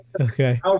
Okay